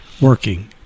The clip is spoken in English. working